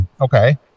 Okay